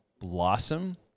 blossom